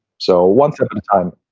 so, one step at a time.